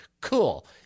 Cool